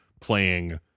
playing